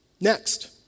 Next